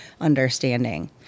understanding